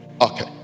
Okay